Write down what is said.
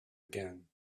again